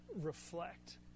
reflect